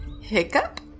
Hiccup